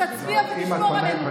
תצביע ותשמור עלינו.